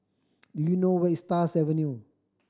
do you know where is Stars Avenue